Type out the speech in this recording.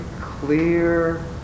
clear